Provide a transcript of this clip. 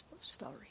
story